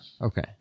Okay